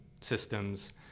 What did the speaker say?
systems